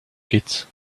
kids